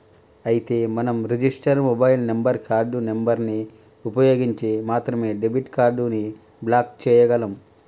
అయితే మనం register mobile number card number ని ఉపయోగించి మాత్రమే డెబిట్ కార్డు ని బ్లాక్ చేయగలం